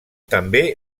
també